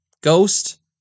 Ghost